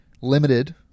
Limited